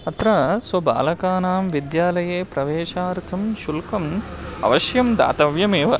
अत्र स्वबालकानां विद्यालये प्रवेशार्थं शुल्कम् अवश्यं दातव्यमेव